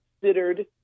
considered